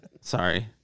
Sorry